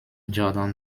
jordan